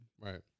Right